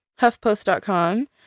huffpost.com